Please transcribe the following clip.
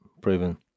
proven